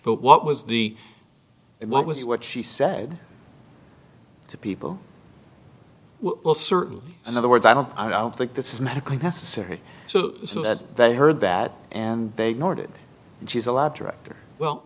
but what was the it what was what she said to people well certainly in other words i don't i don't think this is medically necessary so that they heard that and they ignored it and she's a lab director well